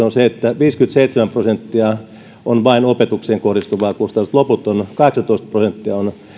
on se että vain viisikymmentäseitsemän prosenttia on opetukseen kohdistuvaa kustannusta kahdeksantoista prosenttia on